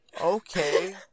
Okay